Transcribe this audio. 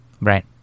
Right